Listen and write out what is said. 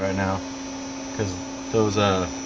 ah now because those ah,